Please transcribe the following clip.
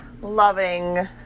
loving